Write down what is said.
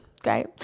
Okay